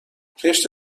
کشت